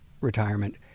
retirement